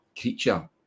creature